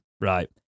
right